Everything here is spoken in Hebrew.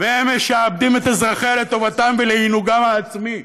והם משעבדים את אזרחיה לטובתם ולעינוגם העצמי,